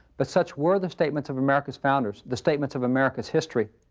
but such were the statements of america's founders, the statements of america's history.